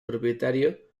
propietario